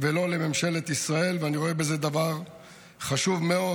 ולא לממשלת ישראל, ואני רואה בזה דבר חשוב מאוד.